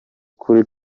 kuri